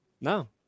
no